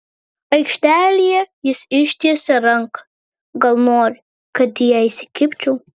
aikštelėje jis ištiesia ranką gal nori kad į ją įsikibčiau